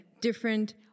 different